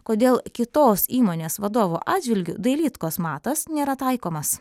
kodėl kitos įmonės vadovo atžvilgiu dailydkos matas nėra taikomas